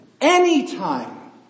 anytime